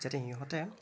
যাতে সিহঁতে